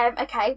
Okay